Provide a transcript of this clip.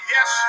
Yes